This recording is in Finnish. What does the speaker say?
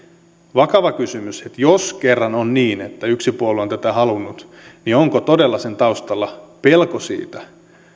vakava kysymys että jos kerran on niin että yksi puolue on tätä halunnut niin onko todella sen taustalla pelko siitä